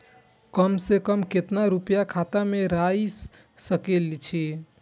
कम से कम केतना रूपया खाता में राइख सके छी?